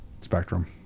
spectrum